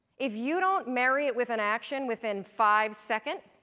if you don't marry it with an action within five seconds,